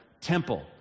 temple